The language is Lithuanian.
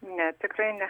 ne tikrai ne